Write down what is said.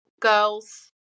girls